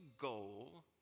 goal